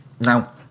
Now